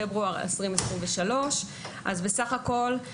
פברואר 2023. בסך הכל,